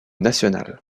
national